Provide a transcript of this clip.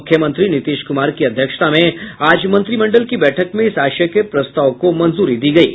मुख्यमंत्री नीतीश कुमार की अध्यक्षता में आज मंत्रिमंडल की बैठक में इस आशय के प्रस्ताव को मंजूरी दी गयी